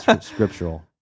Scriptural